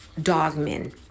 dogmen